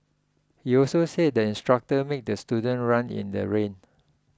he also said the instructor made the student run in the rain